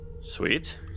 Sweet